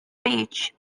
beach